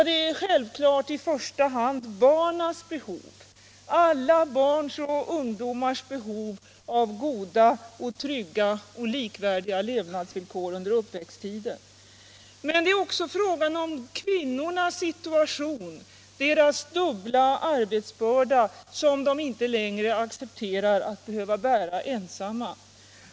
Det är självfallet i första hand alla barns och ungdomars behov av goda, trygga och likvärdiga levnadsvillkor under uppväxttiden. Men det är också fråga om kvinnornas situation, deras dubbla arbetsbörda, som de inte längre accepterar att behöva bära ensamma.